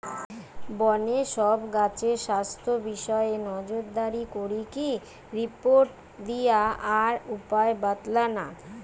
বনের সব গাছের স্বাস্থ্য বিষয়ে নজরদারি করিকি রিপোর্ট দিয়া আর উপায় বাৎলানা